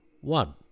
one